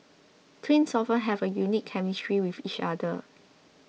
twins often have a unique chemistry with each other